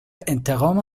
انتقام